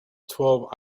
twelve